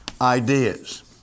ideas